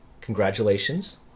Congratulations